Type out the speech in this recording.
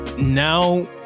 now